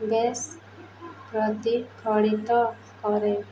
ବେସ୍ ପ୍ରତିଫଳିତ କରେ